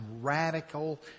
radical